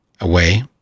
away